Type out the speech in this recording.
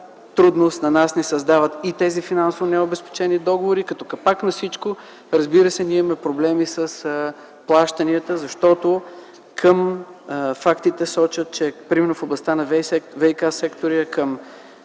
трудност на нас ни създават и тези финансово необезпечени договори. Като капак на всичко, разбира се, ние имаме проблеми с плащанията, защото фактите сочат, че примерно в областта на ВиК-сектора, към